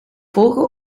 volgen